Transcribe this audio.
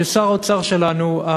ששר האוצר שלנו,